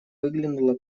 выглянуло